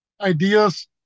Ideas